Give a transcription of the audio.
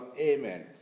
Amen